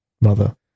mother